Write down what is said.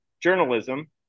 journalism